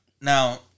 Now